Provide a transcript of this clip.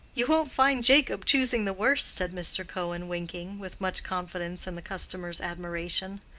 you won't find jacob choosing the worst, said mr. cohen, winking, with much confidence in the customer's admiration.